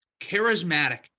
charismatic